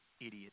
idiot